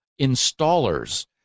installers